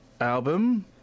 album